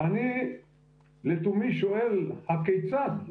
ואני לתומי שואל: הכיצד?